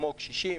כמו קשישים,